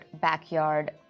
backyard